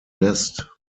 nest